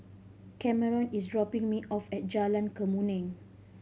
Kameron is dropping me off at Jalan Kemuning